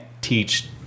teach